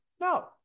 no